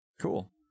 Cool